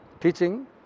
teaching